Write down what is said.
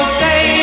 stay